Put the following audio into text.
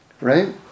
Right